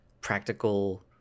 practical